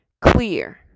clear